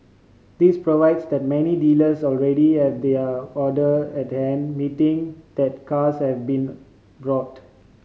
this provides that many dealers already have their order at hand meeting that cars have been brought